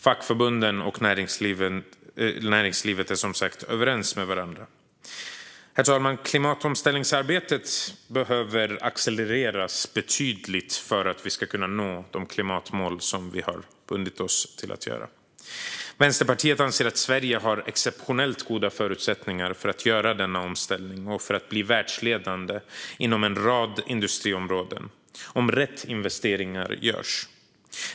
Fackförbunden och näringslivet är som sagt överens med varandra. Herr talman! Klimatomställningsarbetet behöver accelereras betydligt för att vi ska kunna nå de klimatmål som vi har bundit oss till. Vänsterpartiet anser att Sverige har exceptionellt goda förutsättningar för att göra denna omställning och för att bli världsledande inom en rad industriområden om rätt investeringar görs.